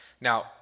Now